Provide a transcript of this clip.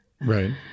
Right